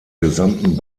gesamten